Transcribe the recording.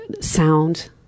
sound